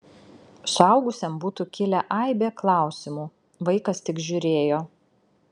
suaugusiam būtų kilę aibė klausimų vaikas tik žiūrėjo